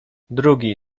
drugi